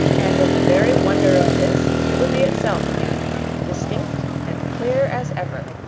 and in the very wonder of this, it would be itself again distinct and clear as ever.